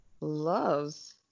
loves